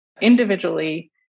individually